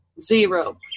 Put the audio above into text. zero